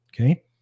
Okay